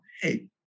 hey